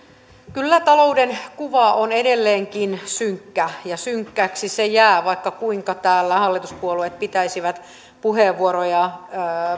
kyllä talouden kuva on edelleenkin synkkä ja synkäksi se jää vaikka kuinka täällä hallituspuolueet pitäisivät puheenvuoroja